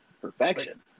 perfection